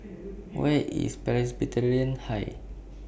Where IS Presbyterian High